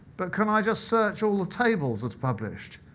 but can i just search all the tables that's published.